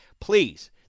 Please